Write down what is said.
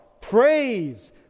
praise